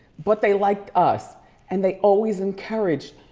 but they liked us and they always encouraged,